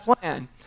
plan